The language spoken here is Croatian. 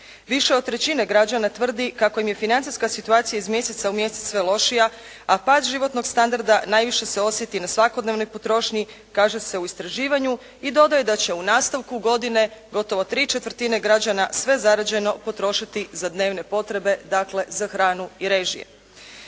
Više od trećine građana tvrdi kako im je financijska situacija iz mjeseca u mjesec sve lošija, a pad životnog standarda najviše se osjeti na svakodnevnoj potrošnji, kaže se u istraživanju i dodaje da će u nastavku godine gotovo ¾ građana sve zarađeno potrošiti za dnevne potrebe, dakle za hranu i režije.